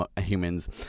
humans